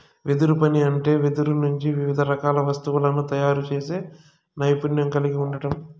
వెదురు పని అంటే వెదురు నుంచి వివిధ రకాల వస్తువులను తయారు చేసే నైపుణ్యం కలిగి ఉండడం